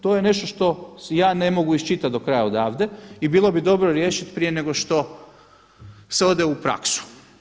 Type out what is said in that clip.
To je nešto što ja ne mogu iščitat do kraja odavde i bilo bi dobro riješiti prije nego što se ode u praksu.